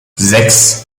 sechs